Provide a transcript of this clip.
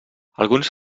alguns